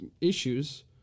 issues—